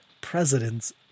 president's